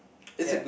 yup